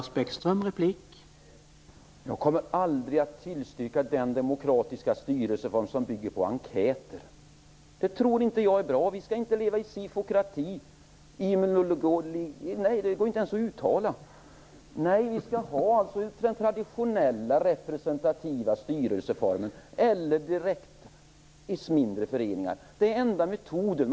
Herr talman! Jag kommer aldrig att tillstyrka den demokratiska styrelseform som bygger på enkäter. Jag tror inte att det är bra. Vi skall inte leva i sifokrati, immunol.-.-.- Nej, det går ju inte ens att uttala. Nej, vi skall ha den traditionella representativa styrelseformen eller direktstyre i mindre föreningar. Detta är enda metoden.